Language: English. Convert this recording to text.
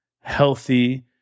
healthy